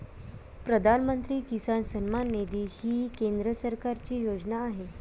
प्रधानमंत्री किसान सन्मान निधी ही केंद्र सरकारची योजना आहे